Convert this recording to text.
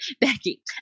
Becky